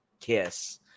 Kiss